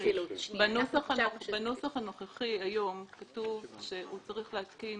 בנוסח הנוכחי היום כתוב שהוא צריך להתקין